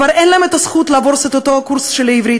כבר אין להם זכות לעשות את אותו קורס בעברית.